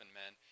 men